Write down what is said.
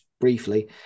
briefly